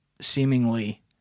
seemingly